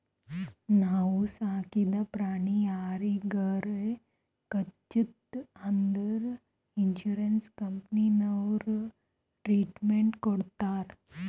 ನಾವು ಸಾಕಿದ ಪ್ರಾಣಿ ಯಾರಿಗಾರೆ ಕಚ್ಚುತ್ ಅಂದುರ್ ಇನ್ಸೂರೆನ್ಸ್ ಕಂಪನಿನವ್ರೆ ಟ್ರೀಟ್ಮೆಂಟ್ ಕೊಡ್ತಾರ್